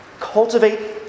Cultivate